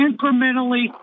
incrementally